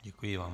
Děkuji vám.